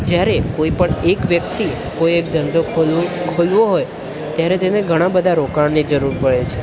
જ્યારે કોઈપણ એક વ્યક્તિ કોઈ એક ધંધો ખોલવો હોય ત્યારે તેને ઘણાંબધાં રોકાણની જરૂર પડે છે